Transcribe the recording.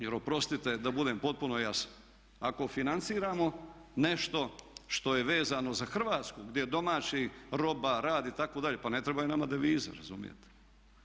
Jer oprostite da budem potpuno jasan, ako financiramo nešto što je vezano za Hrvatsku, gdje je domaći roba, rad itd., pa ne trebaju nama devize, razumijete.